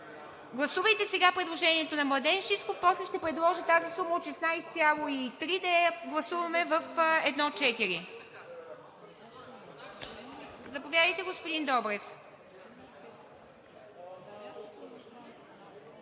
Гласувайте сега предложението на Младен Шишков, а после ще предложа тази сума от 16.3 да я гласуваме в 1.4. Заповядайте, господин Добрев.